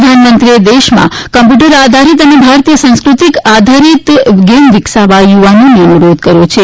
પ્રધાનમંત્રીએ દેશમાં કમ્પ્યુટર આધારિત અને ભારતીય સંસ્કૃતિ આધારિત ગેમ વિકસાવવા યુવાનોને અનુરોધ કર્યો હતો